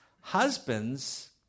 Husbands